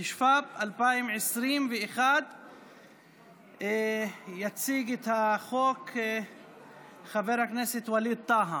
התשפ"ב 2021. יציג את החוק חבר הכנסת ווליד טאהא,